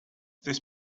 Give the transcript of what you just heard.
this